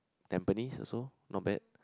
Tampines also not bad